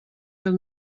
del